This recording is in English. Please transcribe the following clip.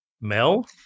Mel